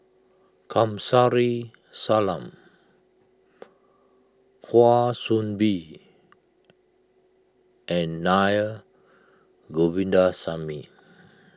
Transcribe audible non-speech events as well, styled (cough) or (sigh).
Kamsari Salam (noise) Kwa Soon Bee and Naa Govindasamy